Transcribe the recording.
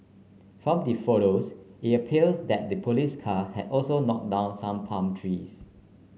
from the photos it appears that the police car had also knocked down some palm trees